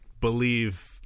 believe